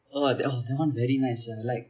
oh the that one very nice ah like